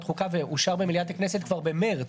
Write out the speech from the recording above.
החוקה ואושר במליאת הכנסת כבר במרץ,